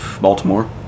Baltimore